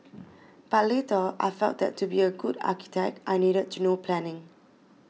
but later I felt that to be a good architect I needed to know planning